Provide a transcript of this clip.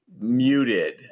muted